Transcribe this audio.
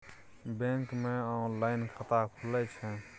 Bank मे online खाता खुले छै?